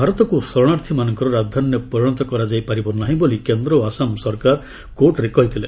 ଭାରତକୁ ସରଣାର୍ଥୀମାନଙ୍କର ରାଜଧାନୀରେ ପରିଣତ କରାଯାଇ ପାରିବ ନାହିଁ ବୋଲି କେନ୍ଦ୍ର ଓ ଆସାମ ସରକାର କୋର୍ଟ୍ରେ କହିଥିଲେ